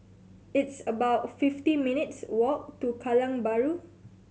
it's about fifty minutes' walk to Kallang Bahru